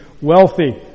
wealthy